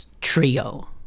trio